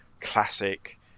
classic